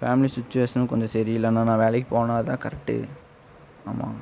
family situation கொஞ்சம் சரியில்லைணா நான் வேலைக்கு போனால்தான் கரெக்ட்டு ஆமாம்